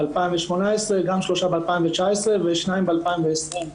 שלושה בשנת 2018, שלושה ב-2019 ושניים ב-2020.